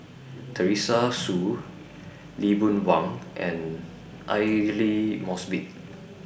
Teresa Hsu Lee Boon Wang and Aidli Mosbit